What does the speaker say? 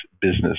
business